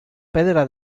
pedra